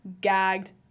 gagged